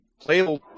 Playable